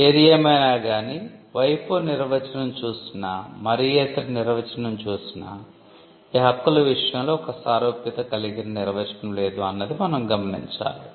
ఏది ఏమైనా గానీ WIPO నిర్వచనం చూసినా మరే ఇతర నిర్వచనం చూసినా ఈ హక్కుల విషయంలో ఒక సారూప్యత కలిగిన నిర్వచనం లేదు అన్నది మనం గమనించాలి